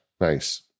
nice